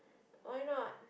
why not